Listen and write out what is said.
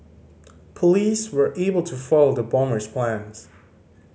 police were able to foil the bomber's plans